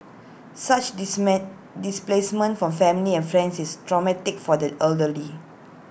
such displacement from family and friends is traumatic for the elderly